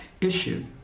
issue